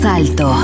alto